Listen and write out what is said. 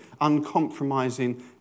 uncompromising